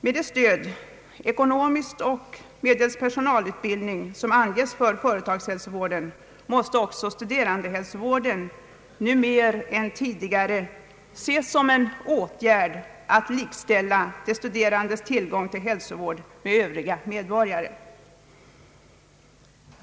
Med samma stöd — ekonomiskt och me delst personalutbildning — som anges för företagshälsovården måste studerandehälsovården nu mer än tidigare ses som en åtgärd att likställa de studerandes tillgång till hälsovård med övriga medborgares.